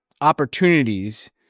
opportunities